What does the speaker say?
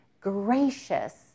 gracious